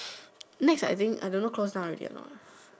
Nex I think I don't know close down already or not